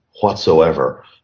whatsoever